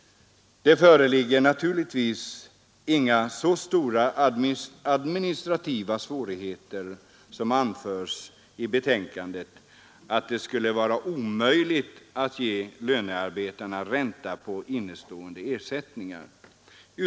Det föreligger naturligtvis inte så stora administrativa svårigheter som har anförts i betänkandet, nämligen att det skulle vara omöjligt att ge lönearbetarna ränta på innestående ersättningar utan denna nyordning.